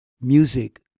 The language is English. music